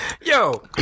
yo